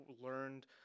learned